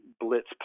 blitz